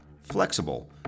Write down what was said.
flexible